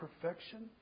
perfection